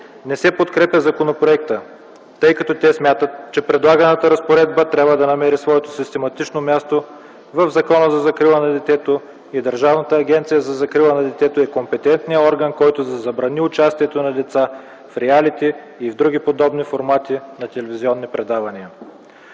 не се подкрепя законопроекта, тъй като те смятат, че предлаганата разпоредба трябва да намери своето систематично място в Закона за закрила на детето и Държавната агенция за закрила на детето е компетентният орган, който да забрани участието на деца в реалити и в други подобни формати на телевизионни предавания.